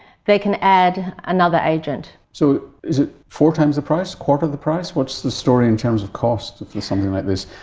they can add another agent. so is it four times the price, quarter of the price? what's the story in terms of cost for something like this,